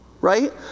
right